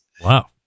Wow